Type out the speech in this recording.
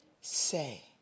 say